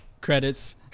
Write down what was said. credits